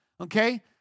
okay